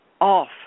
off